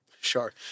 Sure